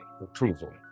approval